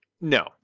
No